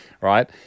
Right